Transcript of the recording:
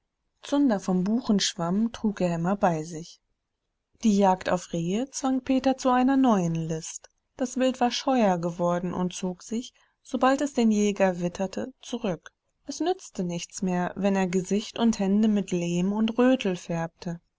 zunder vom buchenschwamm trug er immer bei sich die jagd auf rehe zwang peter zu einer neuen list das wild war scheuer geworden und zog sich sobald es den jäger witterte zurück es nützte nichts mehr wenn er gesicht und hände mit lehm und rötel färbte